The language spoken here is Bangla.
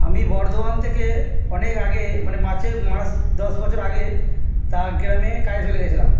আমি বর্ধমান থেকে অনেক আগে মানে মাঝে পাঁচ দশ বছর আগে ঝাড়গ্রামে কাজে চলে গেছিলাম